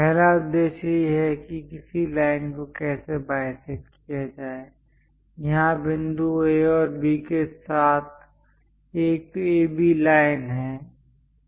पहला उद्देश्य यह है कि किसी लाइन को कैसे बाइसेक्ट किया जाए यहाँ बिंदु A और B के साथ एक AB लाइन है